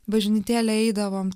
bažnytėlę eidavom